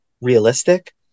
realistic